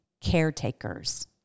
caretakers